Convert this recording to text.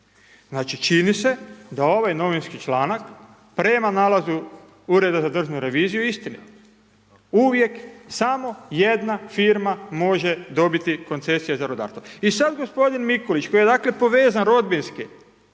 Znači, čini se da ovaj novinski članak prema Nalazu, Ureda za državnu reviziju, istina. Uvijek samo jedna firma može dobiti koncesije za rudarstvo. I sad gospodin Mikulić koji je, dakle, povezan rodbinski